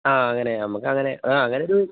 ആ അങ്ങനെ നമുക്കങ്ങനെ ആ അങ്ങനൊരു